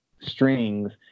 strings